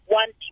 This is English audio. one